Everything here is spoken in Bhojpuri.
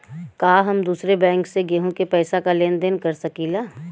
का हम दूसरे बैंक से केहू के पैसा क लेन देन कर सकिला?